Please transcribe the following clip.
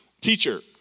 teacher